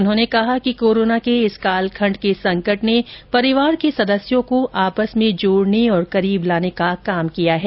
उन्होने कहा कि कोरोना के इस कालखण्ड के संकट ने परिवार के सदस्यों को आपस में जोड़ने और करीब लाने का काम किया है